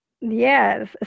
Yes